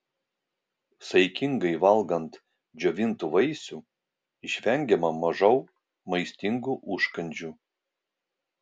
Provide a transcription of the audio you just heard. saikingai valgant džiovintų vaisių išvengiama mažau maistingų užkandžių